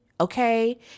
Okay